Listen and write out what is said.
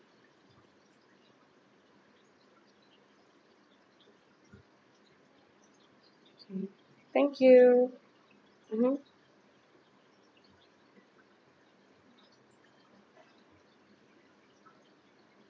mm thank you mmhmm